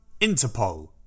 Interpol